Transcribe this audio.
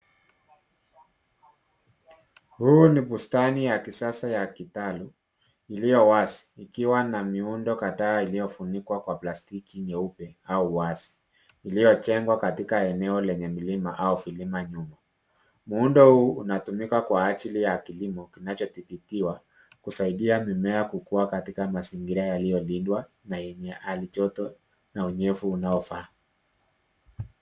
Huu ni bustani ya kisasa ya Kitale iliyo wazi ikiwa na miundo kadhaa iliyofunikwa kwa plastiki nyeupe au wazi iliyojengwa katika eneo lenye milima au vilima nyuma. Muundo huu unatumika kwa ajili ya kilimo kinachodhibitiwa kusaidia mimea kukua katika mazingira yaliyolindwa na yenye ardhi joto na unyevu unaofaa.